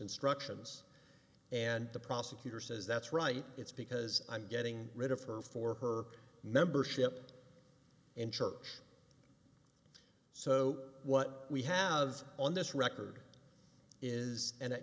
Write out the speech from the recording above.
instructions and the prosecutor says that's right it's because i'm getting rid of her for her membership in church so what we have on this record is an